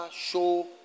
show